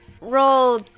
Roll